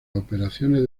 operaciones